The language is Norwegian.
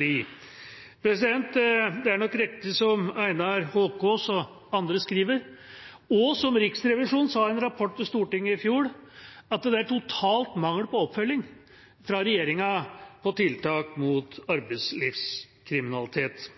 dem. Det er nok riktig som Einar Haakaas og andre skriver, og som Riksrevisjonen sa i en rapport til Stortinget i fjor, at det er total mangel på oppfølging fra regjeringa av tiltak mot arbeidslivskriminalitet.